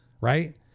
right